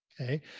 Okay